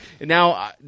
now